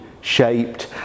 shaped